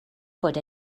bod